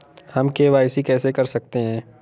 हम के.वाई.सी कैसे कर सकते हैं?